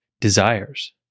desires